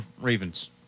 Ravens